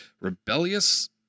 rebellious